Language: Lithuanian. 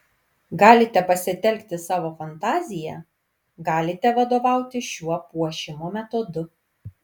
galite pasitelkti savo fantaziją galite vadovautis šiuo puošimo metodu